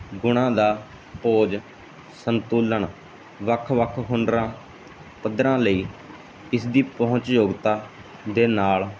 ਗੁਣਾਂ ਦਾ ਪੌਜ ਸੰਤੁਲਨ ਵੱਖ ਵੱਖ ਹੁਨਰਾਂ ਪੱਧਰਾਂ ਲਈ ਇਸਦੀ ਪਹੁੰਚ ਯੋਗਤਾ ਦੇ ਨਾਲ